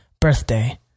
birthday